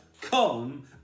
come